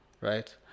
Right